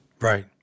Right